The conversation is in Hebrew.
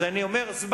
אז אני אומר: זמני.